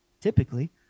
typically